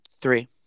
three